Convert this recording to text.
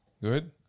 good